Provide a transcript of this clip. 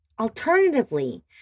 Alternatively